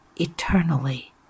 eternally